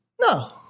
No